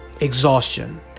exhaustion